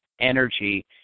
Energy